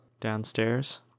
Downstairs